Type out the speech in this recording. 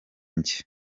njye